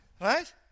Right